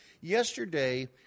Yesterday